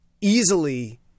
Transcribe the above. easily